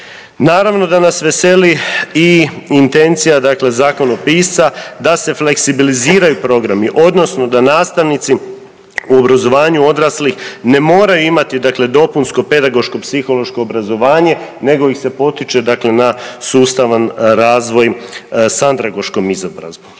Naravno da nas veseli i intencija, dakle zakonopisca da se fleksibiliziraju programi, odnosno da nastavnici u obrazovanju odraslih ne moraju imati dakle dopunsko pedagoško psihološko obrazovanje, nego ih se potiče, dakle na sustavan razvoj sa andragoškom izobrazbom.